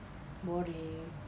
boring